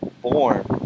born